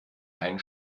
einen